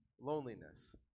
loneliness